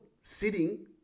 sitting